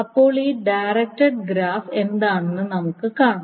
ഇപ്പോൾ ഈ directed graph എന്താണെന്ന് നമുക്ക് കാണാം